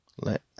let